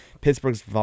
Pittsburgh's